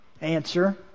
answer